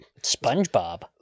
SpongeBob